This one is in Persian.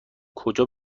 کجا